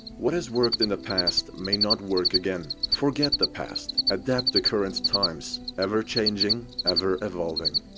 what has worked in the past, may not work again. forget the past. adapt to current times, ever-changing, ever-evolving.